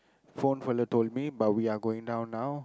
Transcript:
phone fellow told me but we are going down now